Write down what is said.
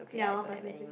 ya I want participate